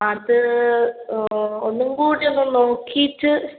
അത് ഒന്നുംകൂടി ഒന്ന് നോക്കിയിട്ട്